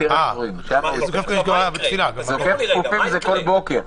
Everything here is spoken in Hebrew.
זוקף כפופים זה כל בוקר.